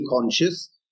conscious